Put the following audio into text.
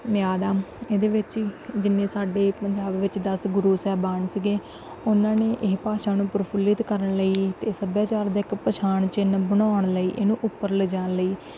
ਮਿਆਦ ਆ ਇਹਦੇ ਵਿੱਚ ਹੀ ਜਿੰਨੇ ਸਾਡੇ ਪੰਜਾਬ ਵਿੱਚ ਦਸ ਗੁਰੂ ਸਾਹਿਬਾਨ ਸੀਗੇ ਉਹਨਾਂ ਨੇ ਇਹ ਭਾਸ਼ਾ ਨੂੰ ਪ੍ਰਫੁੱਲਿਤ ਕਰਨ ਲਈ ਅਤੇ ਸੱਭਿਆਚਾਰ ਦਾ ਇੱਕ ਪਛਾਣ ਚਿੰਨ੍ਹ ਬਣਾਉਣ ਲਈ ਇਹਨੂੰ ਉੱਪਰ ਲਿਜਾਣ ਲਈ